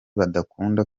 badakunda